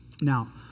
Now